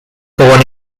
born